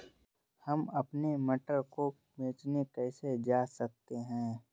हम अपने मटर को बेचने कैसे जा सकते हैं?